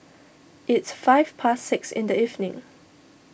its five past six in the evening